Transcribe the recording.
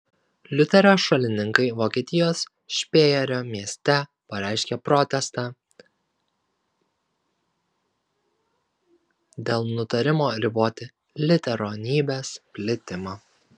liuterio šalininkai vokietijos špėjerio mieste pareiškė protestą dėl nutarimo riboti liuteronybės plitimą